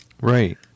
Right